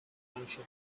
township